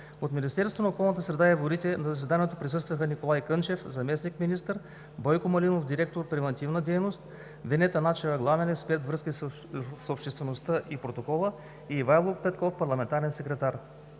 От Министерството на околната среда и водите на заседанието присъстваха: Николай Кънчев – заместник-министър, Бойко Малинов – директор „Превантивна дейност”, Венета Начева – главен експерт „Връзки с обществеността и протокол”, и Ивайло Петков – парламентарен секретар.